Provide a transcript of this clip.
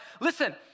listen